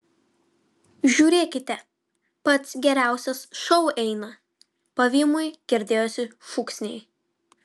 žiūrėkite pats geriausias šou eina pavymui girdėjosi šūksniai